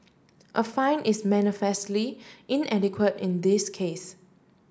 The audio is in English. a fine is manifestly inadequate in this case